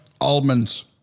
almonds